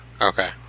okay